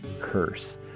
Curse